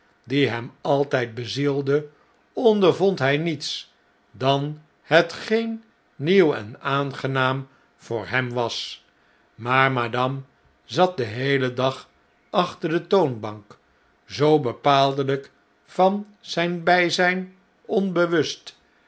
die hem altijd bezielde ondervond hij niets dan hetgeen nieuw en aangenaam voor hem was maar madame zat den heelen dag achter de toonbank zoo bepaaldelijk van zijn bijzijn onbewust